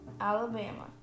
Alabama